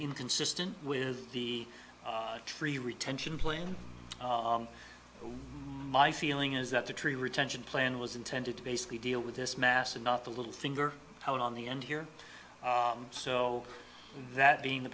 inconsistent with the tree retention plain my feeling is that the tree retention plan was intended to basically deal with this mass and not the little finger on the end here so that being the